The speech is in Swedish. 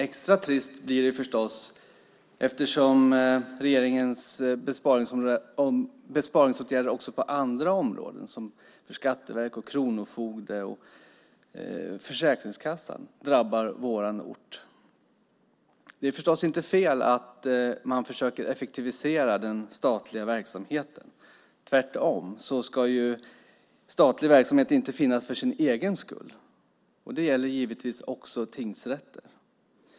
Extra trist blir det förstås eftersom regeringens besparingsåtgärder också på andra områden som Skatteverket, kronofogden och Försäkringskassan drabbar vår ort. Det är förstås inte fel att man försöker effektivisera den statliga verksamheten. Tvärtom ska statlig verksamhet inte finnas för sin egen skull. Det gäller givetvis också tingsrätter.